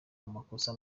amakosa